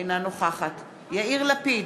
אינה נוכחת יאיר לפיד,